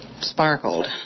sparkled